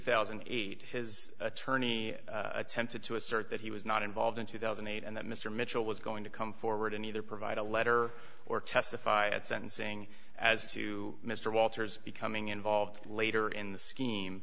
thousand and eight his attorney attempted to assert that he was not involved in two thousand and eight and that mr mitchell was going to come forward and either provide a letter or testify at sentencing as to mr walters becoming involved later in the